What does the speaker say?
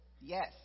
Yes